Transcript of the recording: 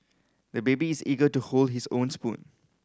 the baby is eager to hold his own spoon